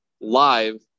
live